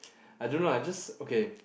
I don't know I just okay